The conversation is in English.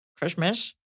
Christmas